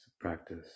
practice